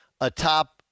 atop